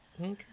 Okay